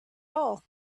all